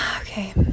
okay